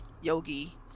yogi